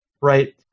right